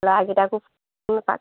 ল'ৰাকেইটাকো এপাক